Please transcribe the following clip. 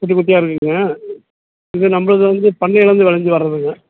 குட்டி குட்டியாக இருக்கும்ங்க இது நம்மளது வந்து பண்ணையிலேருந்து விளஞ்சி வரதுங்க